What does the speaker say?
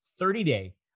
30-day